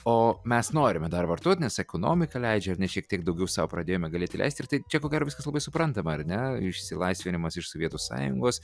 o mes norime dar vartot nes ekonomika leidžia ir net šiek tiek daugiau sau pradėjome galėti leisti ir tai čia ko gero viskas labai suprantama ar ne išsilaisvinimas iš sovietų sąjungos